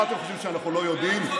מה, אתם חושבים שאנחנו לא יודעים?